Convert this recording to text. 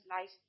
life